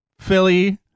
Philly